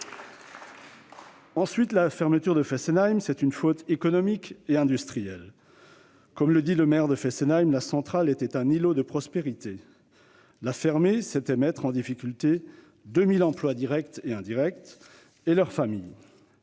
de la centrale de Fessenheim est une faute économique et industrielle. Comme le dit le maire de Fessenheim, la centrale était un îlot de prospérité. La fermer a mis en difficulté 2 000 emplois directs et indirects, ainsi que les familles